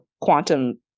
quantum